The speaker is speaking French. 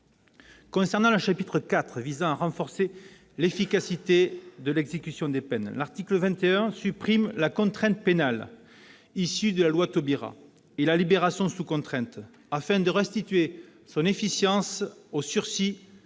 Concernant le chapitre IV visant à restaurer l'effectivité de l'exécution des peines, l'article 21 supprime la contrainte pénale, issue de la loi Taubira, et la libération sous contrainte, afin de restituer son efficience au sursis avec